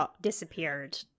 disappeared